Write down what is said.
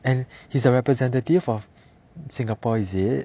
and he's the representative of singapore is it